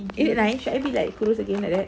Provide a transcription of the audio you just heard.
is it nice should I be like kurus again like that